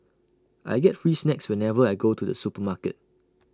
I get free snacks whenever I go to the supermarket